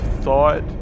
thought